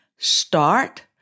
Start